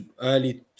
early